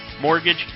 mortgage